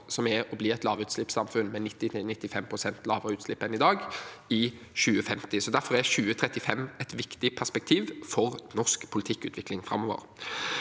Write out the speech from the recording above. som er å bli et lavutslippssamfunn med 90–95 pst. lavere utslipp enn i dag i 2050. Derfor er 2035 et viktig perspektiv for norsk politikkutvikling framover.